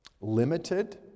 limited